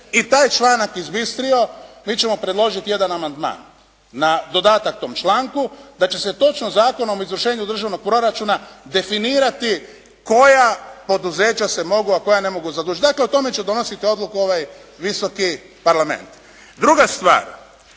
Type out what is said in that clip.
i taj članak izbistrio mi ćemo predložiti jedan amandman na dodatak tom članku da će se točno Zakonom o izvršenju državnog proračuna definirati koja poduzeća se mogu a koja ne mogu zadužiti. Dakle, o tome će donositi odluku ovaj Visoki parlament. Druga stvar,